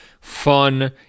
fun